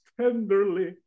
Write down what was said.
tenderly